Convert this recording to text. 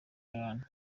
abantu